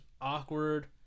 awkward